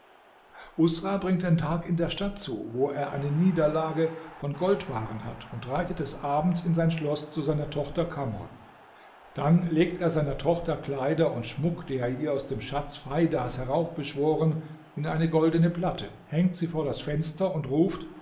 usra bringt den tag in der stadt zu wo er eine niederlage von goldwaren hat und reitet des abends in sein schloß zu seiner tochter kamr dann legt er seiner tochter kleider und schmuck die er ihr aus dem schatz feidas heraufbeschworen in eine goldene platte hängt sie vor das fenster und ruft